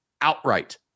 outright